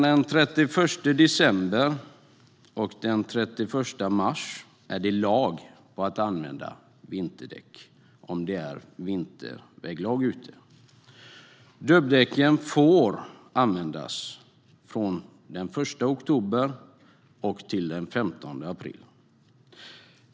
Den 31 december-31 mars är det lag på att använda vinterdäck om det är vinterväglag. Dubbdäcken får användas från den 1 oktober till den 15 april.